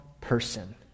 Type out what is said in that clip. person